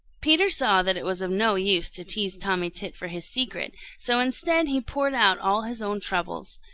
peter saw that it was of no use to tease tommy tit for his secret, so instead he poured out all his own troubles.